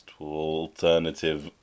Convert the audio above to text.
alternative